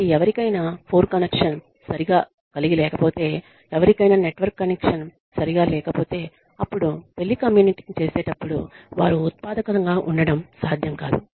కాబట్టి ఎవరికైన phone connection సరిగా కలిగి లేకపోతే ఎవరికైన నెట్వర్క్ కనెక్షన్ సరిగా కలిగి లేకపోతే అప్పుడు టెలికమ్యూటింగ్ చేసేటప్పుడు వారు ఉత్పాదకంగా ఉండటం సాధ్యం కాదు